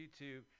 YouTube